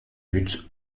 lutte